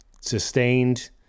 sustained